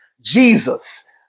Jesus